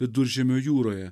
viduržemio jūroje